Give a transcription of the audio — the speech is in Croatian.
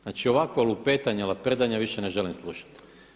Znači ovakvo lupetanje, laprdanje više ne želim slušati.